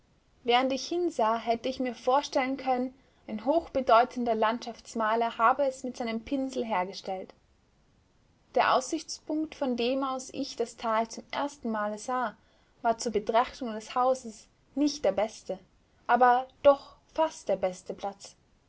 während ich hinsah hätte ich mir vorstellen können ein hochbedeutender landschaftsmaler habe es mit seinem pinsel hergestellt der aussichtspunkt von dem aus ich das tal zum ersten male sah war zur betrachtung des hauses nicht der beste aber doch fast der beste platz